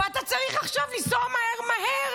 ואתה צריך עכשיו לנסוע מהר מהר,